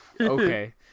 Okay